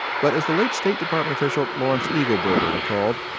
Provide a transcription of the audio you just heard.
but as the late state department official lawrence eagleburger recalled,